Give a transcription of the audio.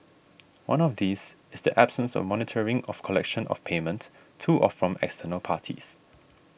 one of these is the absence of monitoring of collection of payment to or from external parties